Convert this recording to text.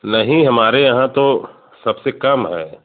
नहीं हमारे यहाँ तो सबसे कम है